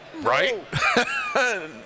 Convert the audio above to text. Right